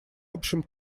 общем